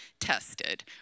tested